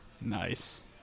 Nice